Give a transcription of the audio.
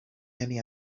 many